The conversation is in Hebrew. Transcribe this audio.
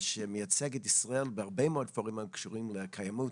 שמייצג את ישראל בהרבה מאוד פורומים הקשורים לקיימות,